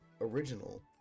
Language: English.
original